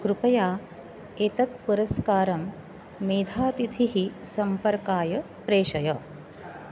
कृपया एतत् पुरस्कारं मेधातिथिः सम्पर्काय प्रेषय